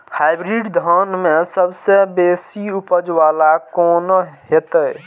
Hybrid धान में सबसे बेसी उपज बाला कोन हेते?